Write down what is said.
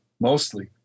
mostly